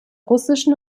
russischen